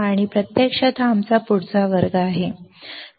आणि प्रत्यक्षात हा आमचा पुढचा वर्ग आहे